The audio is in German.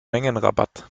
mengenrabatt